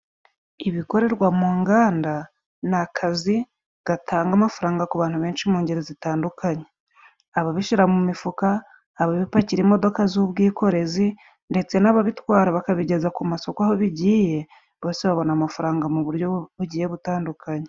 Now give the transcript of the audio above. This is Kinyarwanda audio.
Ibikorerwa mu nganda ni akazi gatanga amafaranga ku bantu benshi mu ngeri zitandukanye ababishira mu mifuka, ababipakira imodoka z'ubwikorezi ,ndetse n'ababitwara bakabigeza ku masoko aho bigiye, bose babona amafaranga mu buryo bugiye butandukanye.